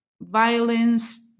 violence